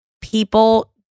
people